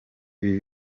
ibi